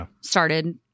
started